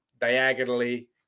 diagonally